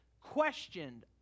questioned